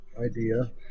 idea